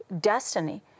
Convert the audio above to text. destiny